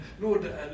Lord